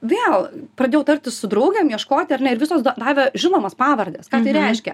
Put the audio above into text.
vėl pradėjau tartis su draugėm ieškoti ar ne ir visos davė žinomas pavardes ką tai reiškia